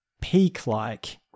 peak-like